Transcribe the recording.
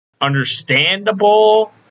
understandable